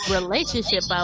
relationship